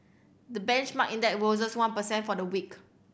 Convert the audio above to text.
the benchmark index rose one per cent for the week